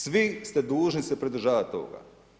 Svi ste dužni se pridržavati toga.